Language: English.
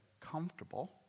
comfortable